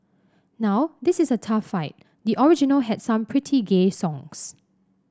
now this is a tough fight the original had some pretty gay songs